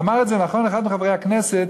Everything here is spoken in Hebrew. אמר זאת נכון אחד מחברי הכנסת,